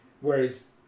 Whereas